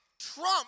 trump